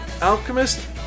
Alchemist